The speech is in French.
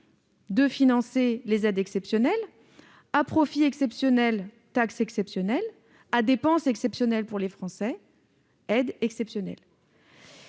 de financer les aides exceptionnelles : à profits exceptionnels, taxes exceptionnelles ; à dépenses exceptionnelles pour les Français, aides exceptionnelles.